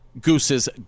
Goose's